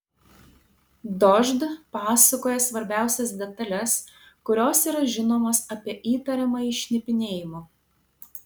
dožd pasakoja svarbiausias detales kurios yra žinomos apie įtariamąjį šnipinėjimu